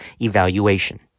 evaluation